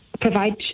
provide